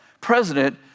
president